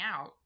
out